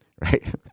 right